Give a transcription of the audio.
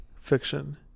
Fiction